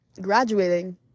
graduating